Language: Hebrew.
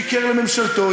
שיקר לממשלתו.